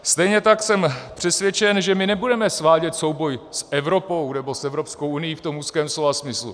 Stejně tak jsem přesvědčen, že nebudeme svádět souboj s Evropou, nebo s Evropskou unií v tom úzkém slova smyslu.